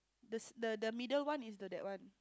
the s~ the the middle one is the that one